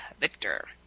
Victor